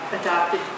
adopted